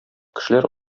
кешеләр